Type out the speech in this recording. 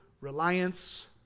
reliance